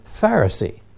Pharisee